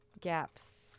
Gap's